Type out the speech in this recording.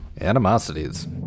animosities